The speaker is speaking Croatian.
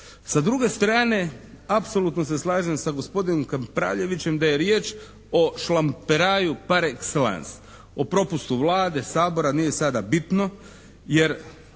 Sa druge strane apsolutno se slažem sa gospodinom Kapraljevićem da je riječ o šlamperaju par exellence o propustu Vlade, Sabora, nije sada bitno jer